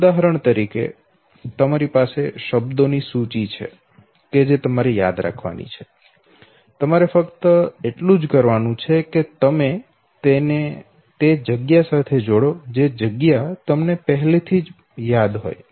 ઉદાહરણ તરીકે તમારી પાસે શબ્દોની સૂચિ છે કે જે તમારે યાદ રાખવાની છે તમારે ફક્ત એટલું જ કરવાનું છે કે તમે તેને તે જગ્યા સાથે જોડો જે તમને પહેલા થી યાદ છે